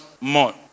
more